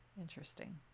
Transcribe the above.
Interesting